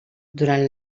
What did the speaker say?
durant